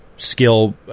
skill